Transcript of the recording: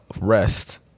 rest